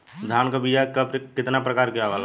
धान क बीया क कितना प्रकार आवेला?